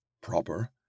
Proper